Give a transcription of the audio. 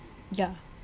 yeah